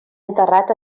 enterrat